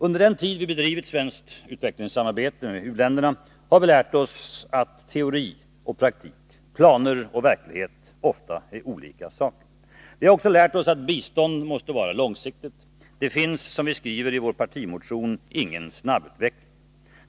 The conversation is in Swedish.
Under den tid vi bedrivit svenskt utvecklingssamarbete med u-länderna har vi lärt oss att teori och praktik, planer och verklighet, ofta är olika saker. Vi har också lärt oss att bistånd måste vara långsiktigt. Det finns, som vi skriver i vår partimotion, ingen snabbutveckling.